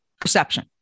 Perception